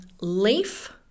leaf